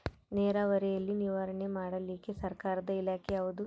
ನೇರಾವರಿಯಲ್ಲಿ ನಿರ್ವಹಣೆ ಮಾಡಲಿಕ್ಕೆ ಸರ್ಕಾರದ ಇಲಾಖೆ ಯಾವುದು?